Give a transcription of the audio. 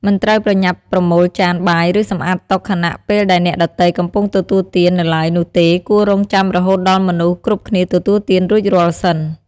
មិនត្រូវប្រញាប់ប្រមូលចានបាយឬសម្អាតតុខណៈពេលដែលអ្នកដទៃកំពុងទទួលទាននៅឡើយនោះទេគួររង់ចាំរហូតដល់មនុស្សគ្រប់គ្នាទទួលទានរួចរាល់សិន។